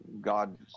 God